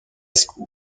school